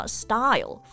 style